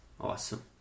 Awesome